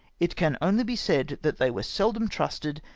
it can only be said that they were seldom trusted,